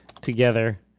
together